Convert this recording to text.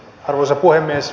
arvoisa puhemies